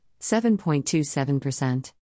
7.27%